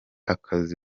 akazi